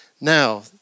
now